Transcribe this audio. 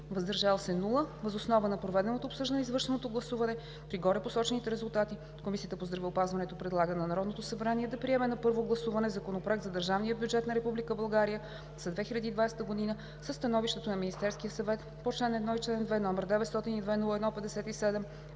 „въздържал се“ – няма. Въз основа на проведеното обсъждане и извършеното гласуване при горепосочените резултати Комисията по здравеопазването предлага на Народното събрание да приеме на първо гласуване Законопроект за държавния бюджет на Република България за 2020 г. със становището на Министерския съвет по чл. 1 и чл.